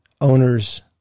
owner's